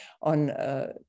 on